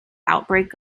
outbreak